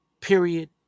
Period